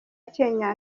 kenya